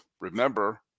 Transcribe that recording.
remember